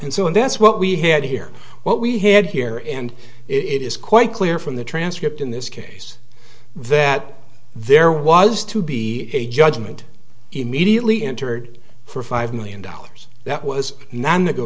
and so and that's what we had here what we had here and it is quite clear from the transcript in this case that there was to be a judgment immediately entered for five million dollars that was non